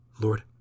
Lord